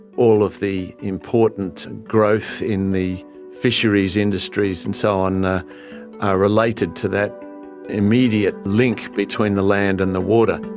all of the important growth in the fisheries industries and so on, are ah related to that immediate link between the land and the water.